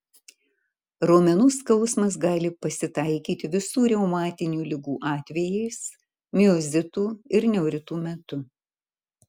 raumenų skausmas gali pasitaikyti visų reumatinių ligų atvejais miozitų ir neuritų metu